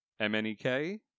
MNEK